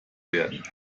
werden